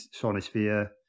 sonosphere